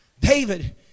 David